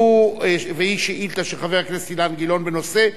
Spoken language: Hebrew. והוא שאילתא של חבר הכנסת אילן גילאון בנושא: